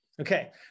Okay